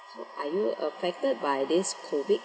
so are you affected by this COVID